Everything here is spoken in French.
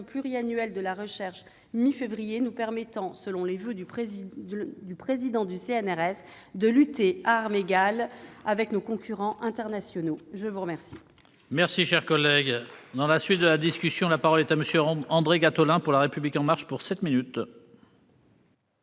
pluriannuelle de la recherche à la mi-février, ce qui nous permettra, selon le voeu du président du CNRS, « de lutter à armes égales avec nos concurrents internationaux ». La parole